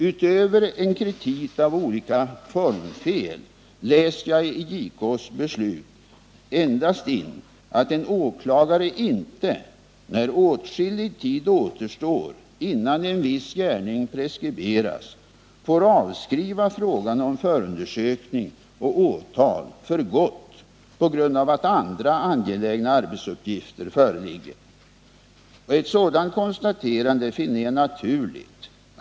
Utöver en kritik av olika formfel läser jag i JK:s beslut endast in att en åklagare inte, när åtskillig tid återstår innan en viss gärning preskriberas, får avskriva frågan om förundersökning och åtal för gott på grund av att andra angelägna arbetsuppgifter föreligger. Ett sådant konstaterande finner jag naturligt.